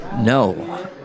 No